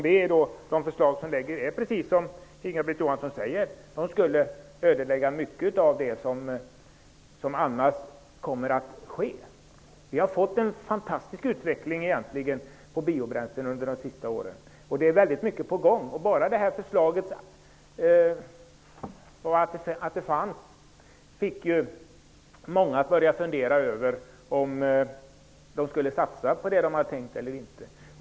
De förslag som där lades fram skulle, som Inga-Britt Johansson säger, om de genomfördes komma att ödelägga mycket på detta område. Vi har under de senaste åren fått en fantastisk utveckling av biobränslena, och mycket är på gång. Bara det faktum att dessa förslag har lagts fram fick många att börja fundera över om de skulle genomföra sina planerade satsningar eller inte.